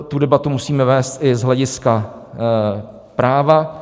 Tu debatu musíme vést i z hlediska práva.